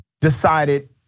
decided